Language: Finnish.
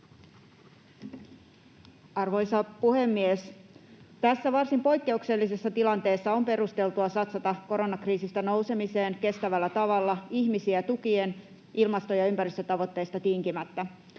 Arvoisa puhemies! Tässä varsin poikkeuksellisessa tilanteessa on perusteltua satsata koronakriisistä nousemiseen kestävällä tavalla ihmisiä tukien, ilmasto‑ ja ympäristötavoitteista tinkimättä.